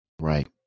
Right